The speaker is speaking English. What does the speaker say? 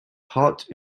heart